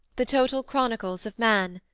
the total chronicles of man,